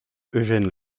eugene